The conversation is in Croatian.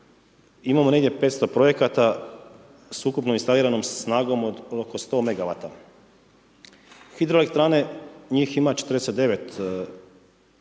imamo negdje 500 projekata s ukupno instaliranom snagom od oko 100 megawata, hidroelektrane njih ima 49 sa